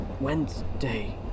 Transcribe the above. Wednesday